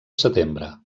setembre